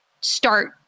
start